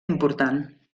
important